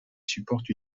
supporte